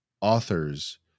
authors